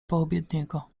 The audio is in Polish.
poobiedniego